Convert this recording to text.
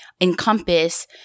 encompass